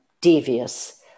devious